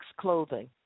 clothing